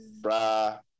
brah